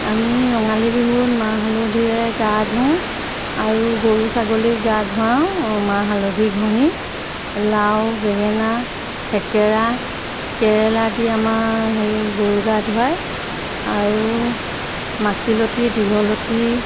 আমি ৰঙালী বিহুত মাহ হালধিৰে গা ধোওঁ আৰু গৰু ছাগলীক গা ধুৱাওঁ মাহ হালধি ঘঁহি লাও বেঙেনা থেকেৰা কেৰেলা দি আমাৰ হেৰি গৰু গা ধুৱায় আৰু মাখিলতি দীঘলতি